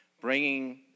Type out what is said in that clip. bringing